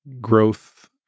growth